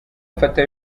mfata